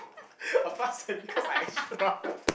I passed eh because I extra